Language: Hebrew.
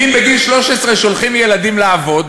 אם בגיל 13 שולחים ילדים לעבוד,